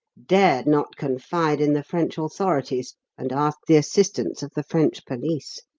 dared not confide in the french authorities and ask the assistance of the french police.